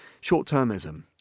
short-termism